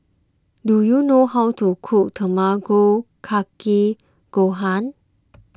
do you know how to cook Tamago Kake Gohan